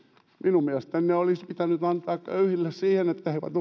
minun mielestäni ne olisi pitänyt antaa köyhille siihen että he